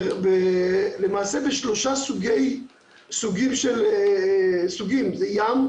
למעשה בשלושה סוגים זה ים,